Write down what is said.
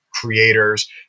creators